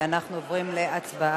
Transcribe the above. ואנחנו עוברים להצבעה.